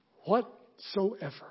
whatsoever